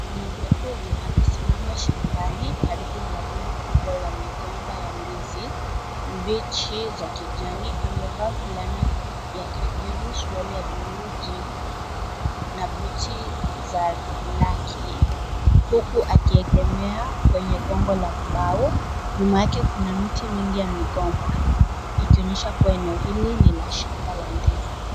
Mwanaume huyu amesimama shambani karibu na rundo kubwa la migomba ya ndizi, mbichi za kijani, amevaa fulana ya kijivu, suruali ya(cs)blue, jeans(cs), na buti, za, blaki, huku akiegemea kwenye gongo la mbao, nyuma yake kuna miti mingi ya migomba, ikionyesha kuwa eneo hili ni la shamba la ndizi.